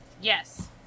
Yes